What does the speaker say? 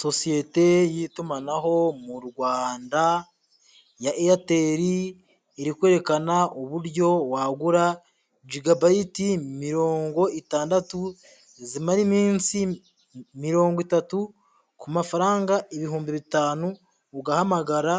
Sosiyete y'itumanaho mu Rwanda ya Eyateli, iri kwerekana uburyo wagura jigabayiti mirongo itandatu zimara iminsi mirongo itatu, ku mafaranga ibihumbi bitanu, ugahamagara